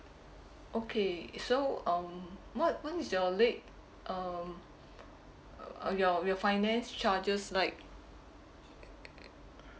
okay so um what what is your late um uh your your finance charges like